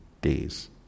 days